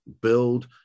Build